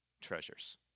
treasures